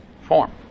form